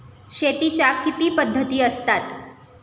शेतीच्या किती पद्धती असतात?